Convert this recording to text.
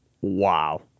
Wow